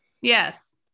Yes